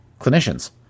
clinicians